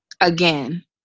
again